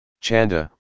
Chanda